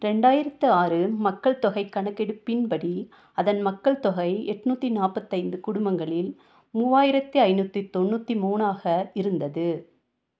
ரெண்டாயிரத்து ஆறு மக்கள்தொகைக் கணக்கெடுப்பின்படி அதன் மக்கள் தொகை எண்நூத்தி நாற்பத்தைந்து குடும்பங்களில் மூவாயிரத்தி ஐநூற்றி தொண்ணூற்றி மூணாக இருந்தது